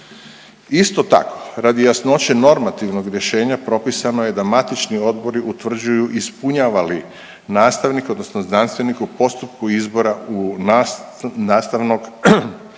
Isto tako, radi jasnoće normativnog rješenja propisano je da matični odbori utvrđuju ispunjava li nastavnik, odnosno znanstvenik u postupku izbora i nastavnog nastavnika